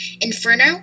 Inferno